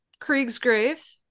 Kriegsgrave